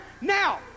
Now